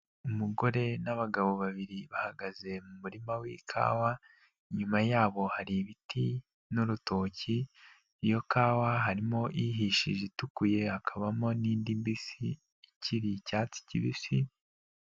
Umugore n'abagabo babiri bahagaze mu murima w'ikawa, inyuma yabo hari ibiti n'urutoki, iyo kawa harimo ihishije itukuye hakabamo n'indi mbisi ikiri icyatsi kibisi.